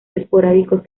esporádicos